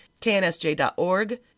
knsj.org